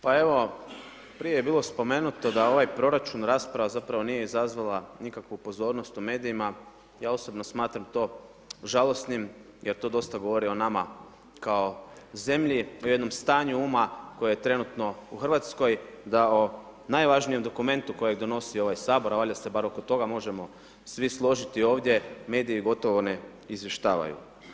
Pa evo prije je bilo spomenuto da ovaj proračun rasprava zapravo nije izazvala nikakvu pozornost u medijima, ja osobno smatram to žalosnim, jer to dosta govori o nama kao zemlji, u jednom stanju uma koje trenutno u Hrvatskoj, da o najvažnijem dokumentu kojeg donosi ovaj Sabor a valjda se bar oko toga možemo svi složiti ovdje, mediji gotovo ne izvještavaju.